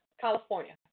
California